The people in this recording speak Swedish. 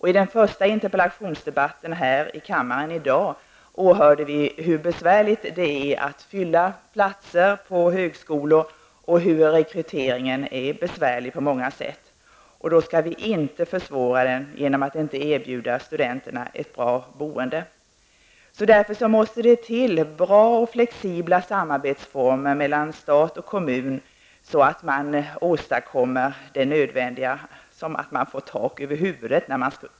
I den första interpellationsdebatten här i kammaren i dag hörde vi hur besvärligt det är att fylla platser på högskolor och att rekryteringen på många sätt är besvärlig. Vi skall inte försvåra den genom att inte erbjuda studenterna en bra bostad. Det måste till bra och flexibla former för samarbete mellan stat och kommun, så att de som studerar får tak över huvudet.